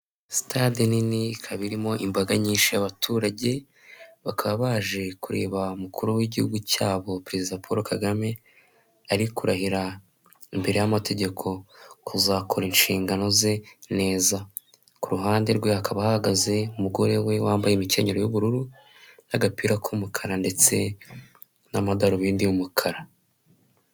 Sitade nini ikaba irimo imbaga nyinshi y'baturage, bakaba baje kureba umukuru w'igihugu cyabo perezida Paul Kagame, ari kurahira imbere y'amategeko kuzakora inshingano ze neza. Ku ruhande rwe hakaba hahagaze umugore we wambaye imikenyero y'ubururu, n'agapira k'umukara ndetse n'amadarubindi y'umukara.